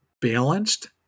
balanced